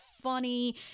funny